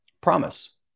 Promise